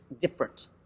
different